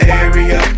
area